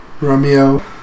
Romeo